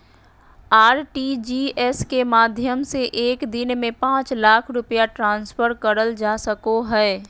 RTGS के माध्यम से एक दिन में पांच लाख रुपया ट्रांसफर करल जा सको हय